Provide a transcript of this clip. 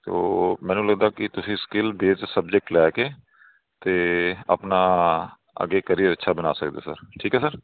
ਤੋ ਮੈਨੂੰ ਲੱਗਦਾ ਕਿ ਤੁਸੀਂ ਸਕਿੱਲ ਬੇਸ ਸਬਜੈਕਟ ਲੈ ਕੇ ਅਤੇ ਆਪਣਾ ਅੱਗੇ ਕਰੀਅਰ ਅੱਛਾ ਬਣਾ ਸਕਦੇ ਸਰ ਠੀਕ ਹੈ ਸਰ